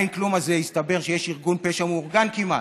מהאין כלום הזה הסתבר שיש ארגון פשע מאורגן כמעט,